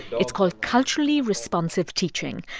it's called culturally responsive teaching.